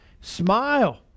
Smile